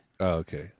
Okay